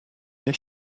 this